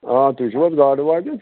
آ تُہۍ چھُو حظ گاڈٕ واجِنۍ